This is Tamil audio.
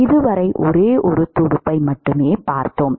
இதுவரை ஒரே ஒரு துடுப்பை மட்டுமே பார்த்தோம்